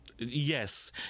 Yes